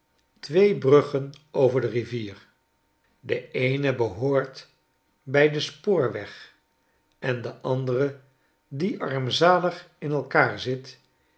twee bruggen over de rivier deeene behoort bij den spoorweg en de andere die armzalig in elkaar zit